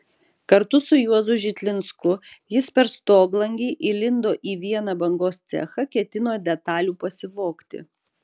kartu su juozu žitlinsku jis per stoglangį įlindo į vieną bangos cechą ketino detalių pasivogti